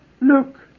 Look